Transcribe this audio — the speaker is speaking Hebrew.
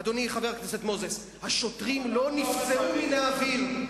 אדוני חבר הכנסת מוזס: השוטרים לא נפצעו מן האוויר.